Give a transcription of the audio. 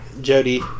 Jody